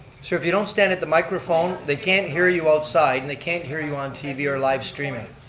sir, if you don't stand at the microphone, they can't hear you outside and they can't hear you on tv or live streaming.